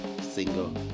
single